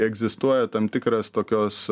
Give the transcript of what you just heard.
egzistuoja tam tikras tokios